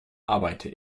arbeite